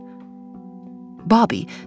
Bobby